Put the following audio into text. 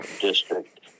District